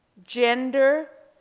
gender,